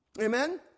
Amen